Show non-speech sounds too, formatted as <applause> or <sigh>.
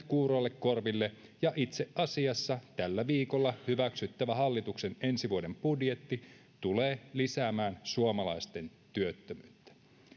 <unintelligible> kuuroille korville ja itse asiassa tällä viikolla hyväksyttävä hallituksen ensi vuoden budjetti tulee lisäämään suomalaisten työttömyyttä